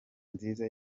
nziza